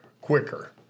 quicker